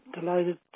delighted